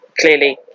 Clearly